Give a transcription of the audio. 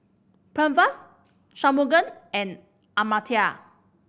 Pranavs Shunmugam and Amartya